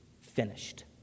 finished